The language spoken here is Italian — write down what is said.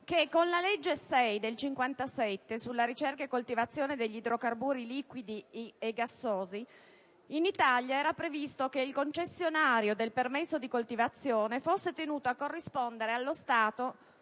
che con la legge n. 6 del 1957 sulla ricerca e coltivazione degli idrocarburi liquidi e gassosi, in Italia era previsto che il concessionario del permesso di coltivazione fosse tenuto a corrispondere allo Stato